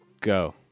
go